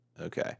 Okay